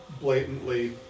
blatantly